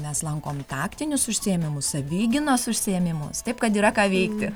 mes lankom taktinius užsiėmimus savigynos užsiėmimus taip kad yra ką veikti